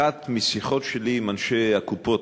1. משיחות שלי עם אנשי הקופות,